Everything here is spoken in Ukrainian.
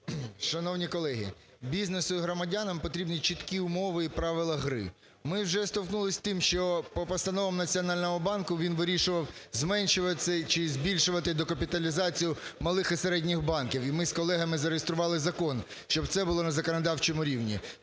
Шановні колеги, бізнесу і громадянам потрібні чіткі умови і правила гри. Ми вже зіштовхнулись з тим, що по постановам Національного банку він вирішував зменшувати чи збільшувати докапіталізацію малих і середніх банків. І ми з колегами зареєстрували закон, щоб це було на законодавчому рівні.